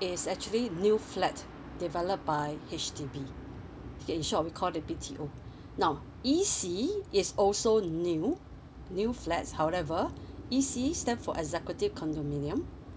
is actually new flats develop by H_D_B okay in short we call the B_T_O now E_C is also new new flats however E_C stand for executive condominium